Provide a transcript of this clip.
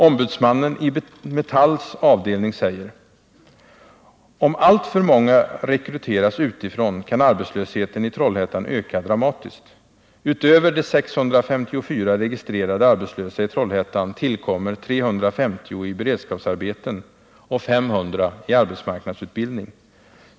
Ombudsmannen i Metalls avdelning säger: Om alltför många rekryteras utifrån kan arbetslösheten i Trollhättan öka dramatiskt. Utöver de 654 registrerade arbetslösa i Trollhättan tillkommer 350 i beredskapsarbeten och 500 i arbetsmarknadsutbildning.